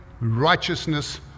righteousness